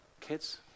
Kids